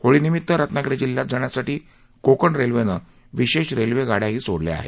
होळीनिमित्त रत्नागिरी जिल्ह्यात जाण्यासाठी कोकण रेल्वेनं विशेष रेल्वेगाड्याही सोडल्या आहेत